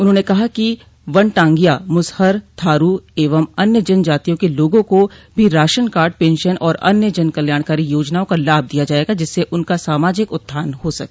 उन्होंने कहा कि वनटांगियां मुसहर थारू एवं अन्य जन जातियों के लोगों को भी राशन कार्ड पेंशन और अन्य जन कल्याणकारी योजनाओं का लाभ दिया जायेगा जिससे उनका सामाजिक उत्थान हो सके